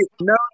no